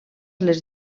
les